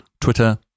Twitter